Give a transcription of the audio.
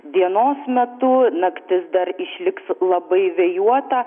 dienos metu naktis dar išliks labai vėjuota